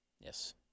Yes